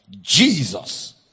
Jesus